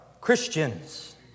Christians